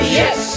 yes